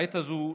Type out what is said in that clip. בעת הזו,